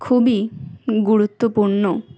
খুবই গুরুত্বপূর্ণ